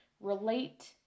relate